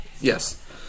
Yes